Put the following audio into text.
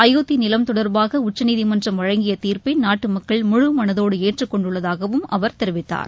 அயோத்தி நிலம் தொடர்பாக உச்சநீதிமன்றம் வழங்கிய தீர்ப்பை நாட்டு மக்கள் முழு மளதோடு ஏற்றுக் கொண்டுள்ளதாகவும் அவர் தெரிவித்தார்